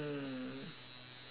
mm